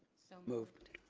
so moved.